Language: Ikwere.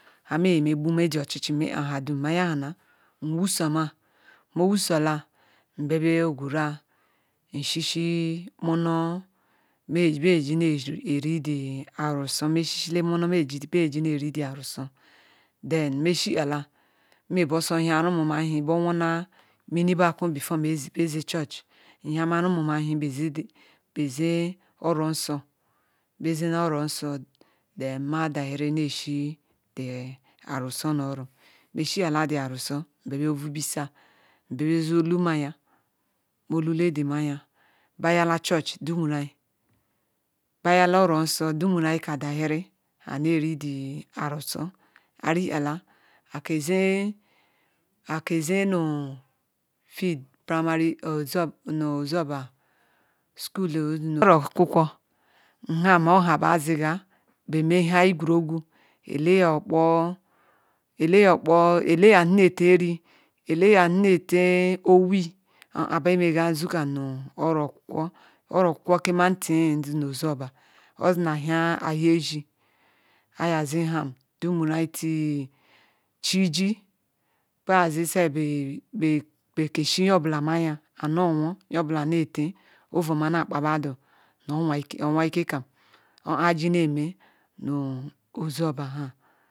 nha mame gbume ochioch me hadam naya hara nwusoma maa wuzoha nbia bea shisi monor bea ji ne re arusia be shiala mra besor hia romi a hie bewona mini biakwa beteri be ze chureh nhia rumu ahia bea ze oro nso modazuru ne shie arusie me shirala arusie nbia bea vubisa bie ze ohu meaga bohala naya baya chunch bayala oro nso gba gburai ka da ziri ne rie arasie aria aha ake zie nu field pnuy sukala ozu oba sukulu oro okwukwo nlem oha ba ziga menha egwu roogu ele ya zi nete ire ile ya zi nete iwe oah bia nregami zekam nu oro okwukwo oro okukwo ke ireh zi nu ozu oba ozi nu ahi ahia ezi ayuaye zi ham dumana tiu chiji a zi bea kaei nye obala maya nowoo nye obula my tey ovu oma na kpa bedu nu ohea ike kam oha aji ni me nu ozu oba ham